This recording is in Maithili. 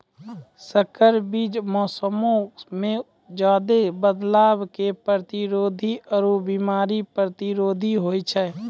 संकर बीज मौसमो मे ज्यादे बदलाव के प्रतिरोधी आरु बिमारी प्रतिरोधी होय छै